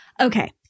Okay